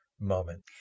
moment